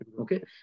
Okay